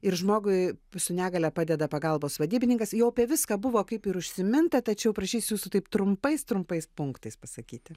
ir žmogui su negalia padeda pagalbos vadybininkas jau apie viską buvo kaip ir užsiminta tačiau prašysiu su taip trumpais trumpais punktais pasakyti